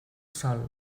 sol